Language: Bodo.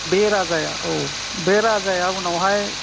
बे राजाया औ बे राजाया उनावहाय